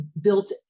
built